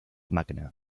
magna